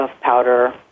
powder